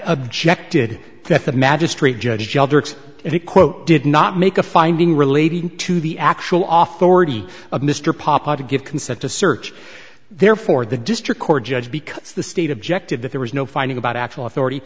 quote did not make a finding relating to the actual offer already of mr papa to give consent to search therefore the district court judge because the state objected that there was no finding about actual authority